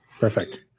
Perfect